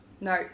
No